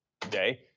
Today